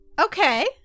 Okay